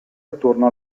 attorno